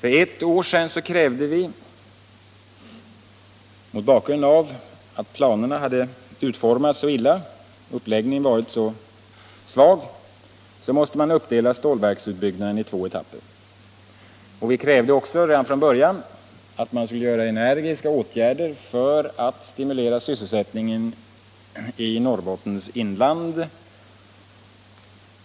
För ett år sedan framhöll vi att eftersom planerna hade utformats så illa och uppläggningen varit så svag måste man uppdela stålverksutbyggnaden i två etapper. Vi krävde också redan från början att man skulle vidta energiska åtgärder för att stimulera sysselsättningen i Norrbottens inland